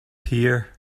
hear